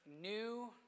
new